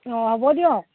অ হ'ব দিয়ক